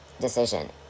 decision